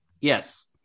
yes